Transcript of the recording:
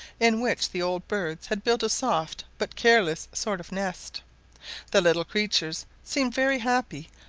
in which the old birds had built a soft but careless sort of nest the little creatures seemed very happy,